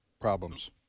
problems